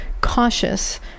cautious